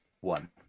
one